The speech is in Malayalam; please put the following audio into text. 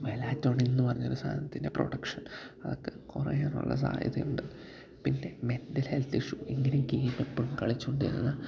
മെലാറ്റോണിന് എന്നു പറഞ്ഞൊരു സാധനത്തിൻ്റെ പ്രൊഡക്ഷൻ അതൊക്കെ കുറയാനുള്ള സാധ്യതയുണ്ട് പിന്നെ മെൻ്റൽ ഹെൽത്ത് ഇഷ്യൂ ഇങ്ങനെ ഗെയിമെപ്പോഴും കളിച്ചോണ്ടിരുന്നാല്